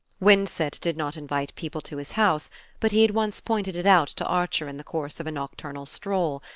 winsett did not invite people to his house but he had once pointed it out to archer in the course of a nocturnal stroll,